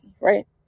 right